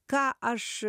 ką aš